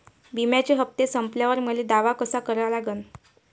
बिम्याचे हप्ते संपल्यावर मले दावा कसा करा लागन?